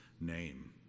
name